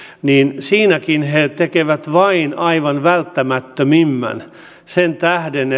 niin siinäkin he tekevät vain aivan välttämättömimmän sen tähden